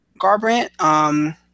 Garbrandt